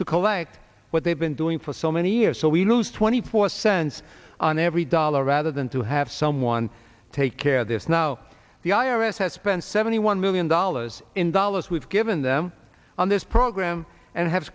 to collect what they've been doing for so many years so we lose twenty four cents on every dollar rather than to have someone take care of this now the i r s has spent seventy one million dollars in dollars we've given them on this program and have